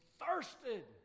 thirsted